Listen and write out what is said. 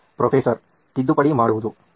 professor ತಿದ್ದುಪಡಿ ಮಾಡುವುದು